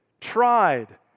tried